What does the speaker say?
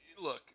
Look